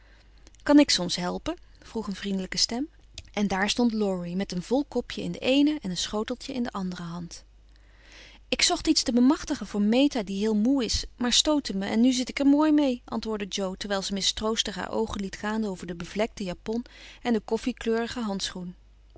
kan ik soms helpen vroeg een vriendelijke stem en daar stond laurie met een vol kopje in de eene en een schoteltje in de andere hand ik zocht iets te bemachtigen voor meta die heel moe is maar stootte me en nu zit ik er mooi mee antwoordde jo terwijl ze mistroostig haar oogen liet gaan over de bevlekte japon en den koffiekleurigen handschoen